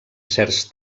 certs